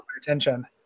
attention